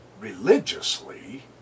religiously